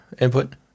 input